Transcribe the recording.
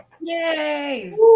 Yay